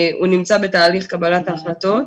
הוא נמצא בתהליך קבלת ההחלטות